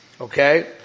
okay